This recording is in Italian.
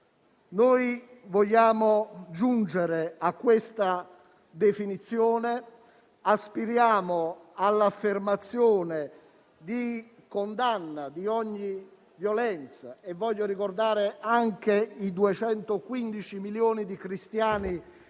vogliamo giungere a questa definizione e aspiriamo all'affermazione della condanna di ogni violenza. Voglio ricordare anche i 215 milioni di cristiani che sono